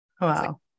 wow